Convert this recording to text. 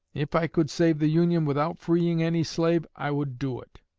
if i could save the union without freeing any slave, i would do it.